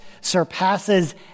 surpasses